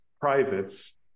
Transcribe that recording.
privates